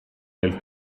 del